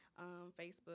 Facebook